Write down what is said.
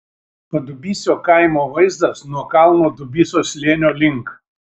padubysio kaimo vaizdas nuo kalno dubysos slėnio link